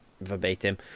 verbatim